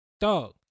Dog